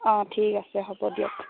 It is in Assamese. অঁ ঠিক আছে হ'ব দিয়ক